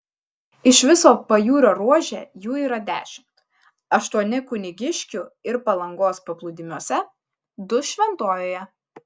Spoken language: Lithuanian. iš viso pajūrio ruože jų yra dešimt aštuoni kunigiškių ir palangos paplūdimiuose du šventojoje